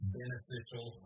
beneficial